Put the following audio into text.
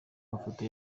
mafoto